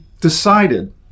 decided